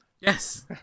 Yes